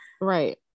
Right